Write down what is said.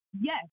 Yes